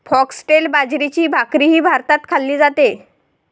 foxtail बाजरीची भाकरीही भारतात खाल्ली जाते